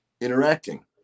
interacting